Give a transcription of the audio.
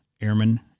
airmen